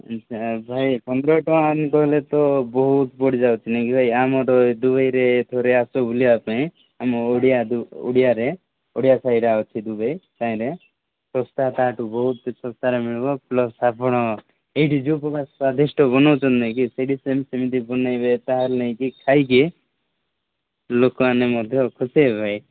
ଆଚ୍ଛା ଭାଇ ପନ୍ଦର ଟଙ୍କାରେ ବୋଇଲେ ତ ବହୁତ ବଢ଼ି ଯାଉଛି ନାଇଁ କି ଭାଇ ଆମର ଏ ଥରେ ଆସ ବୁଲିବା ପାଇଁ ଆମ ଓଡ଼ିଆ ଓଡ଼ିଆରେ ଓଡ଼ିଆ ସେଇଟା ଅଛି କାଇଁରେ ଶସ୍ତା ତାଠୁ ବହୁତ ଶସ୍ତାରେ ମିଳିବ ପ୍ଲସ୍ ଆପଣ ଏଇଠି ଯୋଉ ପ୍ରକାର ସ୍ୱାଦିଷ୍ଟ ବନଉଛନ୍ତି ନାଇଁକି ସେଇଠି ସେମତି ବନେଇବେ ତାହେଲେ ନେଇକି ଖାଇକି ଲୋକମାନେ ମଧ୍ୟ ଖୁସି ହେବେ ଭାଇ